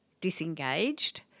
disengaged